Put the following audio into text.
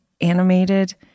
animated